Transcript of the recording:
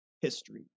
history